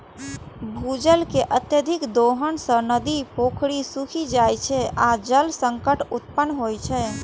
भूजल के अत्यधिक दोहन सं नदी, पोखरि सूखि जाइ छै आ जल संकट उत्पन्न होइ छै